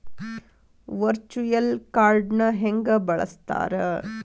Virtual ಕಾರ್ಡ್ನ ಹೆಂಗ ಬಳಸ್ತಾರ?